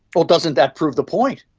well, doesn't that prove the point?